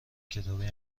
کتابی